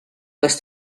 les